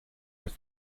was